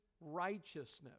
righteousness